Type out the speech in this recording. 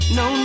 no